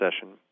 session